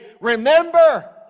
remember